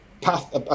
path